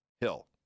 Hill